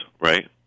right